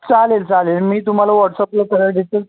चालेल चालेल मी तुम्हाला वॉट्सॲपला सगळ्या डिटेल्स